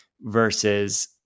versus